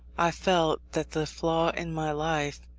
i felt that the flaw in my life,